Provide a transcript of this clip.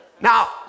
Now